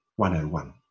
101